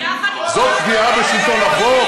יחד, זאת פגיעה בשלטון החוק?